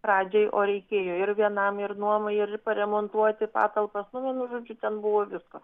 pradžiai o reikėjo ir vienam ir nuomai ir paremontuoti patalpas nu vienu žodžiu ten buvo visko